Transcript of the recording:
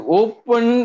open